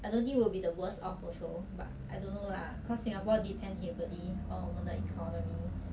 I don't think it would be the worst of also but I don't know lah cause singapore depend heavily on 我们的 economy